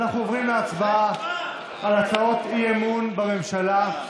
אנחנו עוברים להצבעה על הצעות אי-אמון בממשלה.